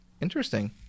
Interesting